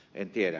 en tiedä